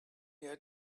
here